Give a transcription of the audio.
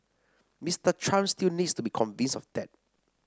Mister Trump still needs to be convinced of that